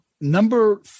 Number